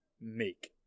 make